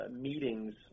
Meetings